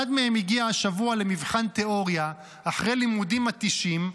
אחד מהם הגיע השבוע למבחן תיאוריה אחרי לימודים מתישים,